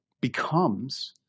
becomes